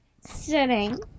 sitting